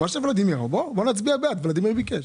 בואו נצביע בעד, ולדימיר ביקש...